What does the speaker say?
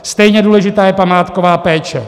Stejně důležitá je památková péče.